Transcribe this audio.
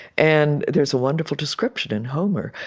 and there's a wonderful description in homer,